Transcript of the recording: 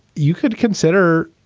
you could consider,